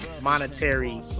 monetary